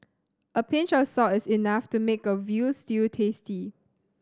a pinch of salt is enough to make a veal stew tasty